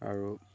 আৰু